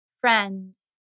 friends